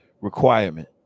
requirement